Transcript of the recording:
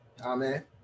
Amen